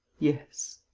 yes,